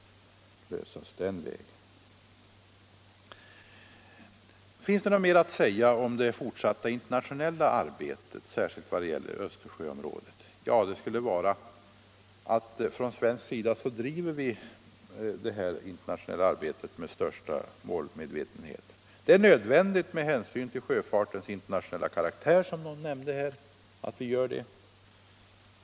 m.m. Finns det något mer att säga om det fortsatta internationella arbetet, särskilt vad gäller Östersjöområdet? Det skulle vara att vi från svensk sida driver detta internationella arbete med största målmedvetenhet. Det är nödvändigt med hänsyn till sjöfartens internationella karaktär, som någon nämnde här.